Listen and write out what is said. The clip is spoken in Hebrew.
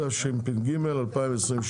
התשפ"ג-2023.